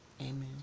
Amen